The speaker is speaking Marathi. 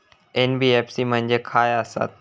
एन.बी.एफ.सी म्हणजे खाय आसत?